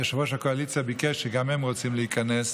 יושב-ראש הקואליציה אמר שגם הם רוצים להיכנס,